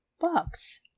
box